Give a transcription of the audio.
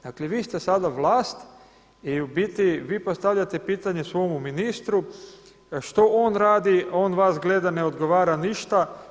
Dakle vi ste sada vlast i u biti vi postavljate pitanje svome ministru što on radi, on vas gleda, ne odgovara ništa.